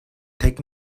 take